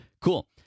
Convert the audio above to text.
Cool